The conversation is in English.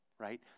right